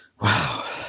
Wow